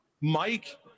Mike